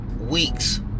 weeks